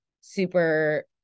super